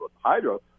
hydro